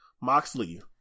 Moxley